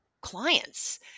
clients